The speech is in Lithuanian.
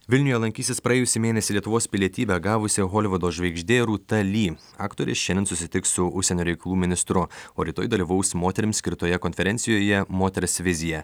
vilniuje lankysis praėjusį mėnesį lietuvos pilietybę gavusi holivudo žvaigždė rūta li aktorė šiandien susitiks su užsienio reikalų ministru o rytoj dalyvaus moterim skirtoje konferencijoje moters vizija